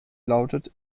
lautet